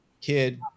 kid